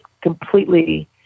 completely